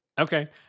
Okay